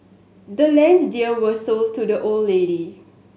the land's deed was sold to the old lady